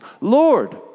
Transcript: Lord